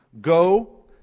Go